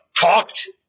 talked